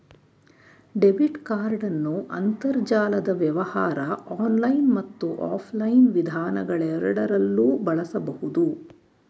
debit ಕಾರ್ಡನ್ನು ಅಂತರ್ಜಾಲದ ವ್ಯವಹಾರ ಆನ್ಲೈನ್ ಮತ್ತು ಆಫ್ಲೈನ್ ವಿಧಾನಗಳುಎರಡರಲ್ಲೂ ಬಳಸಬಹುದು